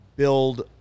Build